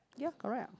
ya correct ah